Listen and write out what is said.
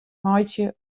meitsje